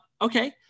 Okay